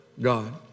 God